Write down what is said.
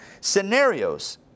scenarios